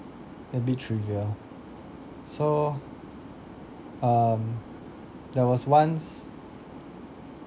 a bit trivial so um there was once